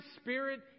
spirit